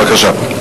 בבקשה.